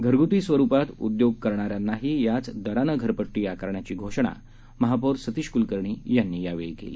घरगुती स्वरूपात उद्योग करणाऱ्यांनाही याच दरानं घरपट्टी आकारण्याची घोषणा महापौर सतीश कुलकर्णी यांनी केली